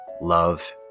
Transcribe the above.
love